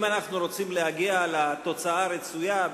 אם אנחנו רוצים להגיע לתוצאה הרצויה,